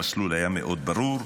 המסלול היה מאוד ברור,